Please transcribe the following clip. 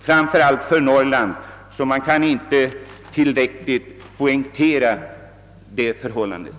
Framför allt gäller detta Norrland — i det avseendet måste frågans vikt särskilt poängteras.